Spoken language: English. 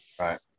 right